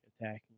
attacking